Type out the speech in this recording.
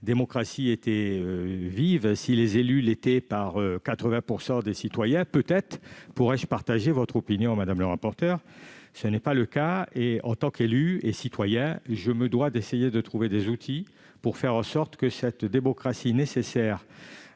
démocratie était vivante, si les élus l'étaient avec 80 % de participation, peut-être pourrais-je partager votre opinion, madame la rapporteure, mais tel n'est pas le cas. En tant qu'élu et citoyen, je me dois d'essayer de trouver des outils pour faire en sorte que cette démocratie, nécessaire